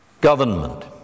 government